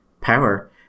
power